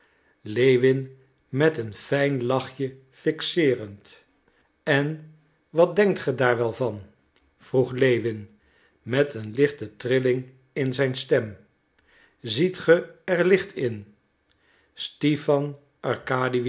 lewin met een fijn lachje fixeerend en wat denkt ge daar wel van vroeg lewin met een lichte trilling in zijn stem ziet ge er licht in stipan